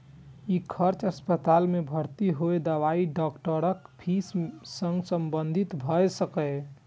ई खर्च अस्पताल मे भर्ती होय, दवाई, डॉक्टरक फीस सं संबंधित भए सकैए